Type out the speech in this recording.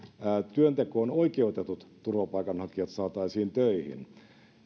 työntekoon oikeutetut turvapaikanhakijat saataisiin töihin